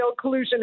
collusion